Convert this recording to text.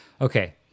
Okay